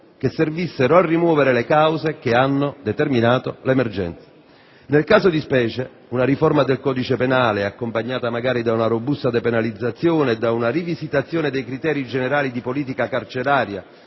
che servissero a rimuovere le cause che hanno determinato l'emergenza. Nel caso di specie, una riforma del codice penale, accompagnata magari da una robusta depenalizzazione e da una rivisitazione dei criteri generali di politica carceraria